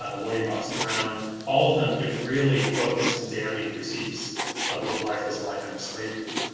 ah william box brown, all of them give really focused and damning critiques of what life was like under slavery.